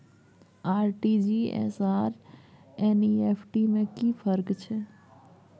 RTG S आर NEFT में कि फर्क छै?